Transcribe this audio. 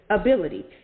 ability